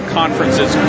conferences